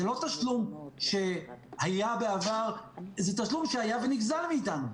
זה תשלום שהיה ונגזל מאיתנו,